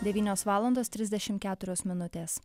devynios valandos trisdešimt keturios minutės